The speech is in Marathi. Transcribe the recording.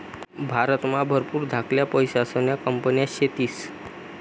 भारतमा भरपूर धाकल्या पैसासन्या कंपन्या शेतीस